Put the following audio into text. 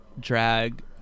drag